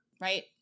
Right